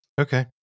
Okay